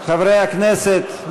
חברי הכנסת,